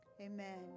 Amen